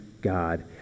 God